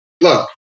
look